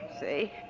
see